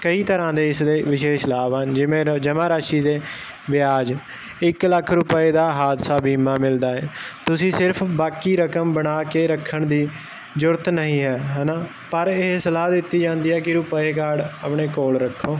ਕਈ ਤਰ੍ਹਾਂ ਦੇ ਇਸਦੇ ਵਿਸ਼ੇਸ਼ ਲਾਭ ਹਨ ਜਿਵੇਂ ਜਮ੍ਹਾਂ ਰਾਸ਼ੀ ਦੇ ਵਿਆਜ ਇੱਕ ਲੱਖ ਰੁਪਏ ਦਾ ਹਾਦਸਾ ਬੀਮਾ ਮਿਲਦਾ ਏ ਤੁਸੀਂ ਸਿਰਫ ਬਾਕੀ ਰਕਮ ਬਣਾ ਕੇ ਰੱਖਣ ਦੀ ਜ਼ੂਰਤ ਨਹੀਂ ਹੈ ਹਨਾ ਪਰ ਇਹ ਸਲਾਹ ਦਿੱਤੀ ਜਾਂਦੀ ਹੈ ਕੀ ਰੁਪਏ ਕਾਰਡ ਆਪਣੇ ਕੋਲ ਰੱਖੋ